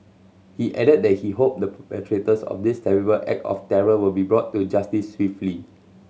he added that he hoped the perpetrators of this terrible act of terror will be brought to justice swiftly